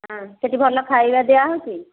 ହଁ ସେଇଟି ଭଲ ଖାଇବା ଦିଆହେଉଛି